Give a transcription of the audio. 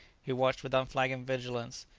he watched with unflagging vigilance,